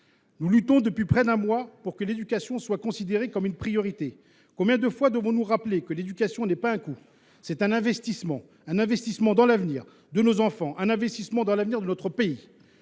Nous luttons depuis près d’un mois pour que l’éducation soit considérée comme une priorité. Combien de fois devrons nous rappeler que l’éducation n’est pas un coût, mais un investissement : un investissement dans l’avenir de nos enfants, un investissement dans l’avenir de notre pays ?